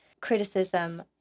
criticism